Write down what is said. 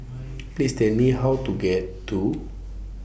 Please Tell Me How to get to